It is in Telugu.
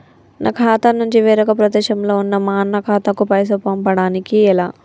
నా ఖాతా నుంచి వేరొక ప్రదేశంలో ఉన్న మా అన్న ఖాతాకు పైసలు పంపడానికి ఎలా?